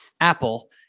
Apple